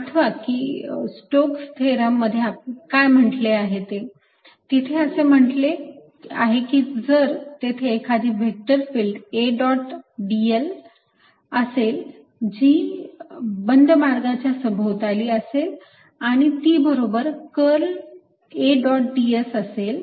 आठवा की स्टोक्स प्रमेया मध्ये काय म्हटले ते तिथे असे म्हटले आहे की जर तेथे एखादी vector field A dot dl असेल जी बंद मार्गाच्या सभोवताली असेल आणि ती बरोबर कर्ल A डॉट ds असेल